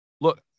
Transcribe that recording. Look